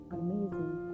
amazing